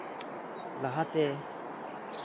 ᱞᱟᱦᱟᱛᱮ